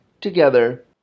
together